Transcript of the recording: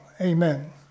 Amen